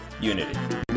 unity